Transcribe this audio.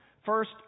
First